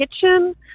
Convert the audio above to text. kitchen